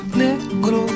negro